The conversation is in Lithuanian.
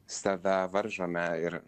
save varžome ir